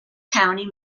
county